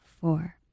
four